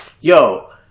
Yo